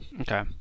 Okay